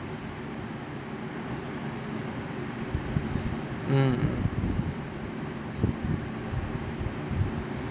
mm mm